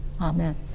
Amen